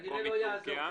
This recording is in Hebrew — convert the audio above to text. במקום מטורקיה.